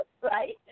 Right